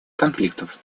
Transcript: конфликтов